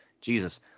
Jesus